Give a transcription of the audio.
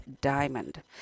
Diamond